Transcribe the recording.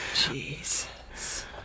Jesus